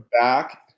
back